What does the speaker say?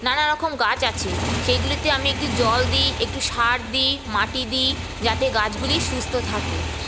নানা রকম গাছ আছে সেইগুলিতে আমি একটু জল দিই একটু সার দিই মাটি দিই যাতে গাছগুলি সুস্থ থাকে